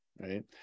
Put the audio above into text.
right